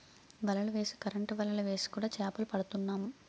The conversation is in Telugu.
వలలు వేసి కరెంటు వలలు వేసి కూడా చేపలు పడుతున్నాం